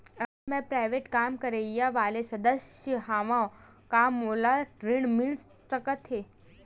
अगर मैं प्राइवेट काम करइया वाला सदस्य हावव का मोला ऋण मिल सकथे?